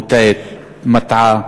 מוטעית, מטעה,